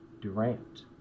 Durant